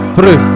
pray